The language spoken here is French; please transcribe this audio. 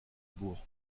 bourg